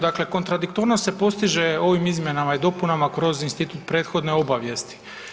Dakle, kontradiktornost se postiže ovim izmjenama i dopunama kroz institut prethodne obavijesti.